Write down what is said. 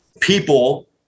people